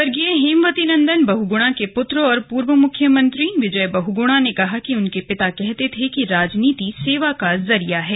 स्वर्गीय हेमवती नंदन बहुगुणा के पुत्र और पूर्व मुख्यमंत्री विजय बहुगुणा ने कहा कि उनके पिता कहते थे कि राजनीति सेवा का जरिया है